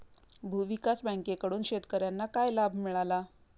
भूविकास बँकेकडून शेतकर्यांना काय लाभ मिळाला?